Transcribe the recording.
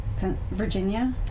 Virginia